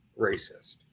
racist